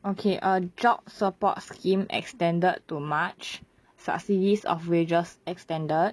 okay a job support scheme extended to march subsidies of wages extended